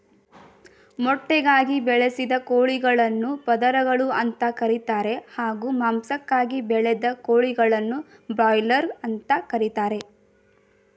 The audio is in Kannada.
ಮೊಟ್ಟೆಗಾಗಿ ಬೆಳೆಸಿದ ಕೋಳಿಗಳನ್ನು ಪದರಗಳು ಅಂತ ಕರೀತಾರೆ ಹಾಗೂ ಮಾಂಸಕ್ಕಾಗಿ ಬೆಳೆದ ಕೋಳಿಗಳನ್ನು ಬ್ರಾಯ್ಲರ್ ಅಂತ ಕರೀತಾರೆ